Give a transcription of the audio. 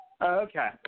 Okay